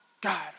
God